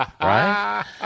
right